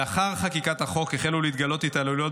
לאחר חקיקת החוק החלו להתגלות התעללויות